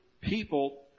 people